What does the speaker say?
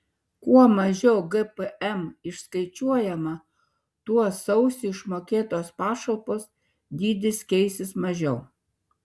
kuo mažiau gpm išskaičiuojama tuo sausį išmokėtos pašalpos dydis keisis mažiau